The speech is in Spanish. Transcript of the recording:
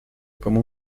como